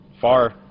far